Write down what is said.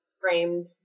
framed